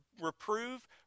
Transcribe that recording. Reprove